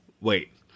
wait